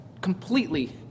completely